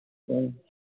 ꯑꯥ